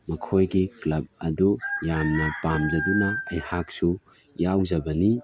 ꯃꯈꯣꯏꯒꯤ ꯀ꯭ꯂꯕ ꯑꯗꯨ ꯌꯥꯝꯅ ꯄꯥꯝꯖꯗꯨꯅ ꯑꯩꯍꯥꯛꯁꯨ ꯌꯥꯎꯖꯕꯅꯤ